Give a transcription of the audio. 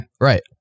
Right